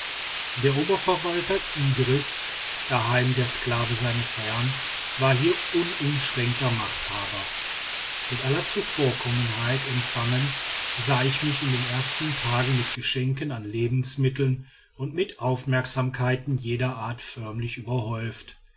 der oberverwalter idris daheim der sklave seines herrn war hier unumschränkter machthaber mit aller zuvorkommenheit empfangen sah ich mich in den ersten tagen mit geschenken an lebensmitteln und mit aufmerksamkeiten jeder art förmlich überhäuft